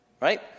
right